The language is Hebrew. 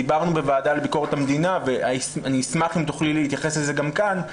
דיברנו בוועדה לביקורת המדינה ואני אשמח אם תוכלי להתייחס לזה גם כאן,